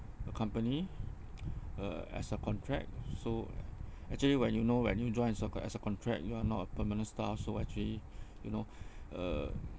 a company uh as a contract so actually when you know when you join a so called as a contract you are not a permanent staff so actually you know uh